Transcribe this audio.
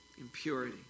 impurity